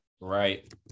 Right